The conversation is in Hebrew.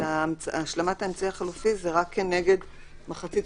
השלמת האמצעי החלופי זה רק כנגד מחצית.